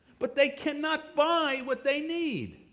but they cannot buy what they need.